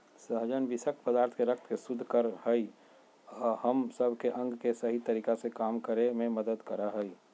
सहजन विशक्त पदार्थ के रक्त के शुद्ध कर हइ अ हम सब के अंग के सही तरीका से काम करे में मदद कर हइ